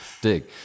Dig